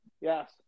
Yes